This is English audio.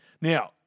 Now